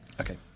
Okay